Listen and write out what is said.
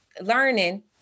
learning